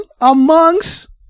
amongst